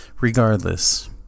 Regardless